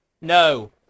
no